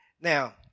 Now